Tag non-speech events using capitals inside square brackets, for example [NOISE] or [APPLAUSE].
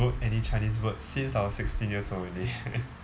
wrote any chinese words since I was sixteen years old already [LAUGHS]